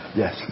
yes